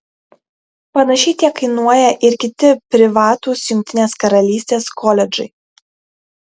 panašiai tiek kainuoja ir kiti privatūs jungtinės karalystės koledžai